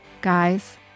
guys